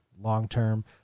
long-term